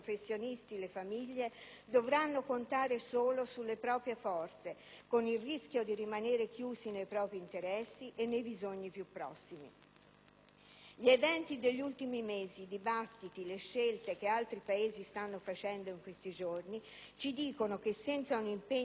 dovranno contare solo sulle proprie forze con il rischio di rimanere chiusi nei propri interessi e nei bisogni più prossimi. Gli eventi degli ultimi mesi, i dibattiti, le scelte che altri Paesi stanno facendo in questi giorni ci dicono che senza un impegno corale e condiviso